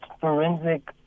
forensic